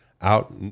out